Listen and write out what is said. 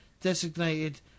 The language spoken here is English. designated